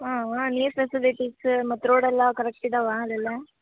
ಹ್ಞೂ ಹ್ಞೂ ನೀರು ಫೆಸಿಲಿಟೀಸ ಮತ್ತು ರೋಡೆಲ್ಲ ಕರೆಕ್ಟ್ ಇದ್ದಾವಾ ಅಲ್ಲೆಲ್ಲ